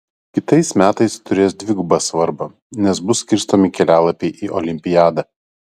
kitais metais turės dvigubą svarbą nes bus skirstomi kelialapiai į olimpiadą